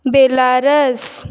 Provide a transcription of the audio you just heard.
Belarus